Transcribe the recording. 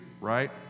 right